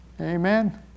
Amen